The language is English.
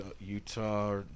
Utah